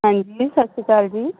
ਹਾਂਜੀ ਸਤਿ ਸ਼੍ਰੀ ਅਕਾਲ ਜੀ